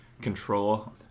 control